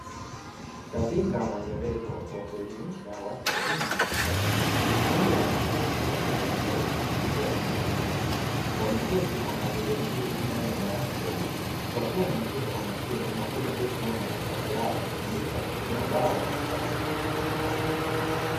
Katika mwendelezo wa kuelimisha watu wazima katika jamii, kundi la wanafunzi wa lika tofauti wa jinsia ya kike na kiume wameketi kwa mpangilio mzuri ndani ya darasa kubwa, wakiwa wanamsikiza kwa makini mwalimu aliyesoma mbele yao kuwafundisha kutumia ubao wa kisasa.